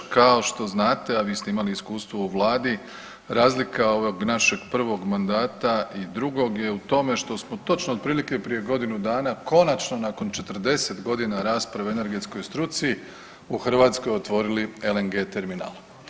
Kao što znate, a vi ste imali iskustvo u Vladi, razlika od ovog našeg prvog mandata i drugog je u tome što smo točno otprilike prije godinu dana konačno nakon 40 godina rasprave o energetskoj struci u Hrvatskoj otvorili LNG terminal.